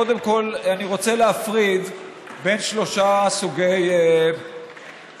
קודם כול אני רוצה להפריד בין שלושה סוגי תפקידים,